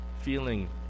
feeling